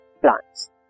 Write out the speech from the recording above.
plants